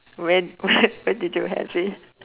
where where where did you have it